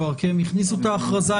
כי הם הכניסו את ההכרזה,